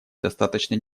достаточно